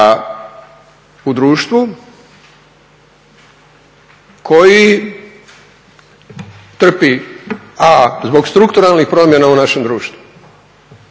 u društvu koji trpi a zbog strukturalnih promjena u našem društvu